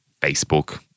Facebook